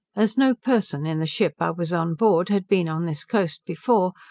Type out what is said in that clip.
as no person in the ship i was on board had been on this coast before,